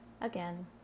again